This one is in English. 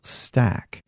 stack